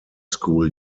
school